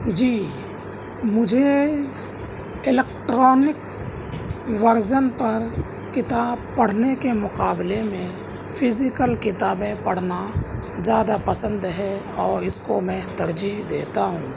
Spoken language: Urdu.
جی مجھے الیکٹرانک ورژن پر کتاب پڑھنے کے مقابلے میں فیزیکل کتابیں پڑھنا زیادہ پسند ہے اور اس کو میں ترجیح دیتا ہوں